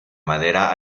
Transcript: madera